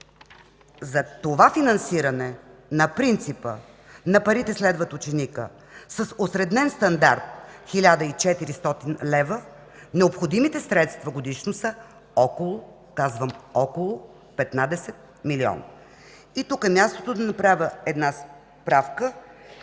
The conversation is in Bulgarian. За това финансиране на принципа парите следват ученика с осреднен стандарт 1400 лв., необходимите годишно средства са около 15 млн. лв. Тук е мястото да направя една справка